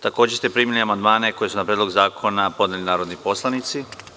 Takođe ste primili amandmane koje su na Predlog zakona podneli narodni poslanici.